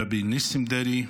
רבי ניסים דרעי,